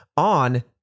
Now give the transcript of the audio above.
on